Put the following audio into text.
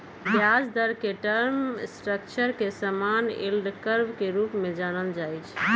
ब्याज दर के टर्म स्ट्रक्चर के समान्य यील्ड कर्व के रूपे जानल जाइ छै